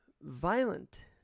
violent